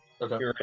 Okay